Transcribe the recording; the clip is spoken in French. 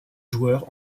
joueurs